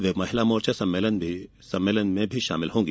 वे महिला मोर्चा सम्मेलन में भी शामिल होंगी